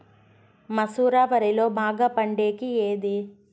మసూర వరిలో బాగా పండేకి ఏది?